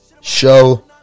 show